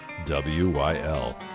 WYL